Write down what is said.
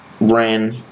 ran